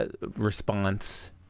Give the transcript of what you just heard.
response